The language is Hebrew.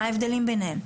מה ההבדלים ביניהם?